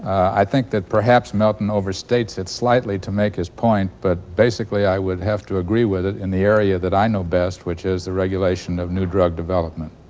i think that perhaps milton overstates it slightly to make his point, but basically i would have to agree with it in the area that i know best, which is the regulation of new drug development.